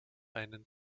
einen